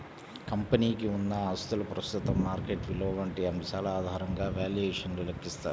కంపెనీకి ఉన్న ఆస్తుల ప్రస్తుత మార్కెట్ విలువ వంటి అంశాల ఆధారంగా వాల్యుయేషన్ ను లెక్కిస్తారు